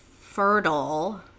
fertile